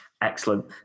Excellent